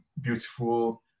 beautiful